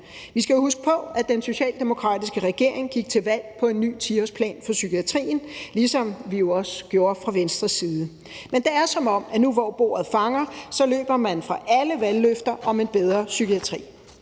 Vi skal huske på, at den socialdemokratiske regering gik til valg på en ny 10-årsplan for psykiatrien, ligesom vi jo også gjorde fra Venstres side. Men nu, hvor bordet fanger, er det, som om man løber fra alle valgløfter om en bedre psykiatri.